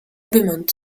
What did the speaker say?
wimmern